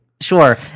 sure